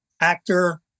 actor